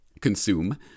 consume